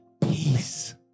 Peace